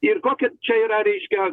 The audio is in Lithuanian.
ir kokia čia yra reiškia